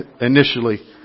initially